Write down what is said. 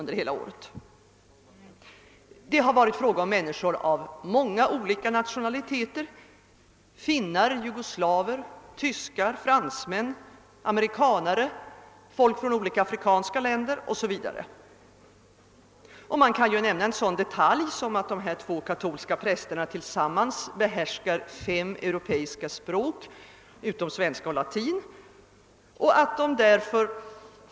Det har varit fråga om människor av många olika nationaliteter, finnar, jugoslaver, tyskar, fransmän, amerikanare och personer från olika afrikanska länder. Man kan nämna en sådan detalj som att de här två katolska prästerna tillsammans behärskar fem europeiska språk, utom svenska och latin, och att de således.